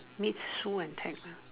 meet Sue and Ted lah